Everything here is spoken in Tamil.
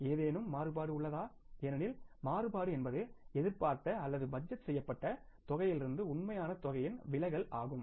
ஏதேனும் மாறுபாடு உள்ளதா ஏனெனில் மாறுபாடு என்பது எதிர்பார்த்த அல்லது பட்ஜெட் செய்யப்பட்ட தொகையிலிருந்து உண்மையான தொகையின் விலகல் ஆகும்